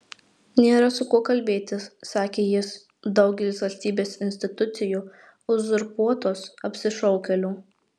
nėra su kuo kalbėtis sakė jis daugelis valstybės institucijų uzurpuotos apsišaukėlių